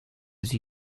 sie